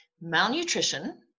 malnutrition